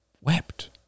wept